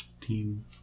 team